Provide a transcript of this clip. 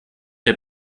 der